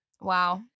Wow